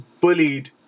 bullied